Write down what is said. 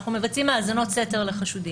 אנחנו מבצעים האזנות סתר לחשודים,